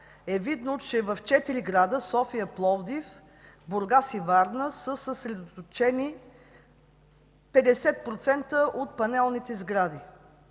е видно, че в четири града – София, Пловдив, Бургас и Варна, са съсредоточени 50% от панелните сгради.